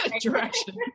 direction